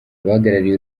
abahagarariye